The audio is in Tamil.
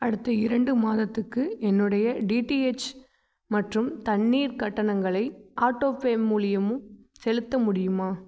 அடுத்த இரண்டு மாதத்துக்கு என்னுடைய டிடிஹெச் மற்றும் தண்ணீர் கட்டணங்களை ஆட்டோபே மூலியமும் செலுத்த முடியுமா